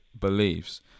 beliefs